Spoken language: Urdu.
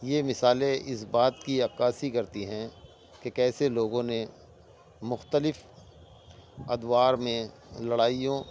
یہ مثالیں اس بات کی عکاسی کرتی ہیں کہ کیسے لوگوں نے مختلف ادوار میں لڑائیوں